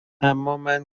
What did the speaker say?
امامن